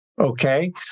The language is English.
Okay